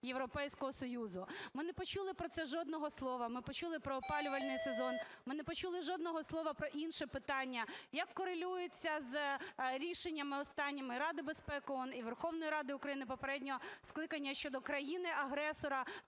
Європейського Союзу. Ми не почули про це жодного слова. Ми почули про опалювальний сезон. Ми не почули жодного слова про інше питання: як корелюється з рішеннями останніми Ради безпеки ООН і Верховної Ради України попереднього скликання щодо країни-агресора?